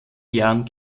jahren